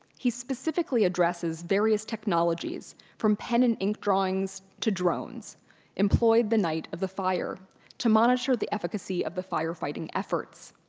he specifically addresses various technologies from pen and ink drawings to drones employed the night of the fire to monitor the efficacy of the fire fighting efforts.